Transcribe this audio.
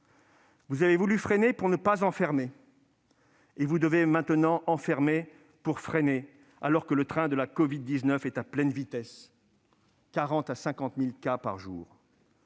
Vous avez voulu freiner pour ne pas enfermer, mais vous devez maintenant enfermer pour freiner, alors que le train de la covid-19 est lancé à pleine vitesse : 40 000 à 50 000 cas par jour